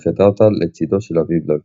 והנחתה אותה לצדו של אביב לביא.